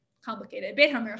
Complicated